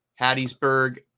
Hattiesburg